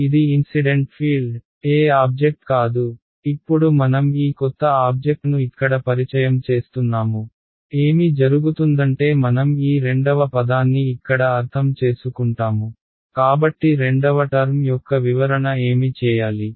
కాబట్టి ఇది incident field ఏ ఆబ్జెక్ట్ కాదు ఇప్పుడు మనం ఈ కొత్త ఆబ్జెక్ట్ను ఇక్కడ పరిచయం చేస్తున్నాము ఏమి జరుగుతుందంటే మనం ఈ రెండవ పదాన్ని ఇక్కడ అర్థం చేసుకుంటాము కాబట్టి రెండవ టర్మ్ యొక్క వివరణ ఏమి చేయాలి